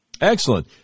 excellent